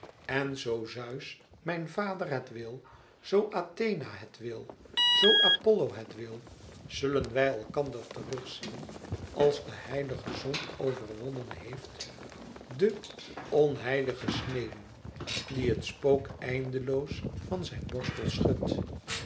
en zoo zeus mijn vader het wil zoo athena het wil zoo apollo het wil zullen wij elkander terug zien als de heilige zon overwonnen heeft de onheilige sneeuwen die het spook eindeloos van zijn borstels schudt